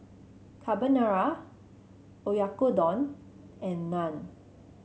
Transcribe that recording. Carbonara Oyakodon and Naan